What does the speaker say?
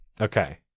okay